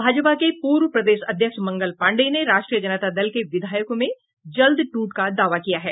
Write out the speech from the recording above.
भाजपा के पूर्व प्रदेश अध्यक्ष मंगल पाण्डेय ने राष्ट्रीय जनता दल के विधायकों में जल्द टूट का दावा किया है